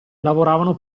lavoravano